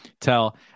tell